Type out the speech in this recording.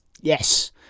yes